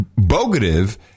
bogative